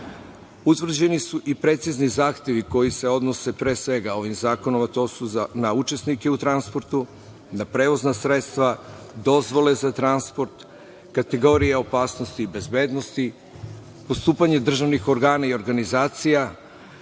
su i precizni zahtevi koji se odnose pre svega ovim zakonom, a to su na učesnike u transportu, na prevozna sredstva, dozvole za transport, kategorije opasnosti i bezbednosti, postupanje državnih organa i organizacija,